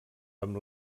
amb